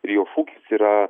ir jo šūkis yra